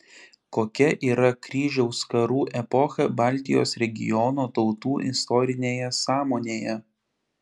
kokia yra kryžiaus karų epocha baltijos regiono tautų istorinėje sąmonėje